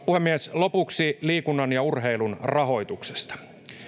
puhemies lopuksi liikunnan ja urheilun rahoituksesta